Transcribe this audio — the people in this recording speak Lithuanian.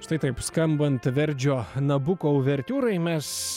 štai taip skambant verdžio nabuko uvertiūrą mes